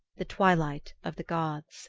the twilight of the gods.